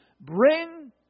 Bring